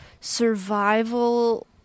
survival